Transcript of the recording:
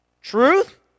Truth